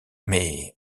mais